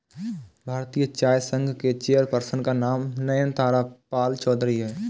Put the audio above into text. भारतीय चाय संघ के चेयर पर्सन का नाम नयनतारा पालचौधरी हैं